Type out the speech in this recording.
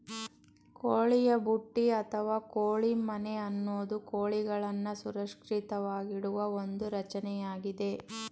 ಕೋಳಿಯ ಬುಟ್ಟಿ ಅಥವಾ ಕೋಳಿ ಮನೆ ಅನ್ನೋದು ಕೋಳಿಗಳನ್ನು ಸುರಕ್ಷಿತವಾಗಿಡುವ ಒಂದು ರಚನೆಯಾಗಿದೆ